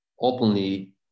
openly